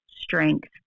strength